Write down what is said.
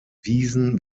wiesen